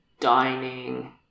dining